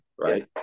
right